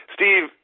Steve